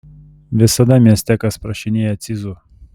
visada mieste kas prašinėja cizų